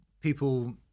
People